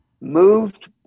moved